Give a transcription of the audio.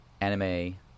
anime